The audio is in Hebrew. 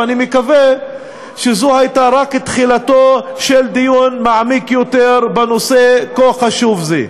ואני מקווה שזו הייתה רק תחילתו של דיון מעמיק יותר בנושא כה חשוב זה.